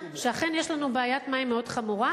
שאכן יש לנו בעיית מים מאוד חמורה,